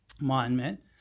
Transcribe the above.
monument